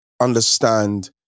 understand